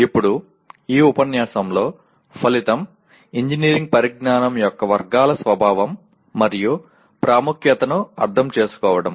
ఇప్పుడు ఈ ఉపన్యాసం లో ఫలితం ఇంజనీరింగ్ పరిజ్ఞానం యొక్క వర్గాల స్వభావం మరియు ప్రాముఖ్యతను అర్థం చేసుకోవడం